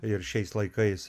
ir šiais laikais